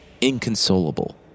inconsolable